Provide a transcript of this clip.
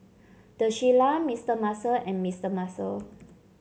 The Shilla Mister Muscle and Mister Muscle